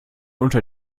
unter